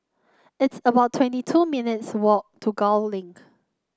it's about twenty two minutes' walk to Gul Link